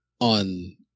on